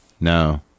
No